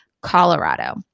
Colorado